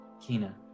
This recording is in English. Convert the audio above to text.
Kina